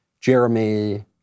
Jeremy